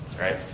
right